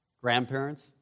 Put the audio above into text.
grandparents